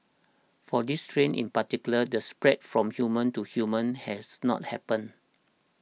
for this strain in particular the spread from human to human has not happened